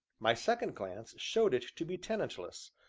my second glance showed it to be tenantless,